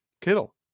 Kittle